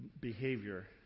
behavior